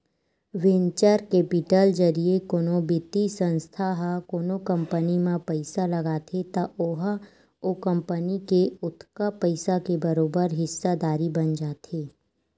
venture capital जरिए कोनो बित्तीय संस्था ह कोनो कंपनी म पइसा लगाथे त ओहा ओ कंपनी के ओतका पइसा के बरोबर हिस्सादारी बन जाथे